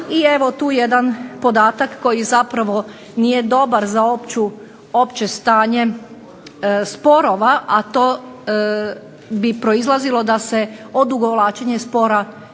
i tu jedan podatak koji zapravo nije dobar za opće stanje sporova, a to bi proizlazilo da se odugovlačenje spora isplati